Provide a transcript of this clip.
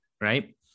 right